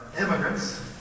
immigrants